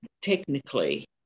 technically